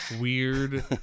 weird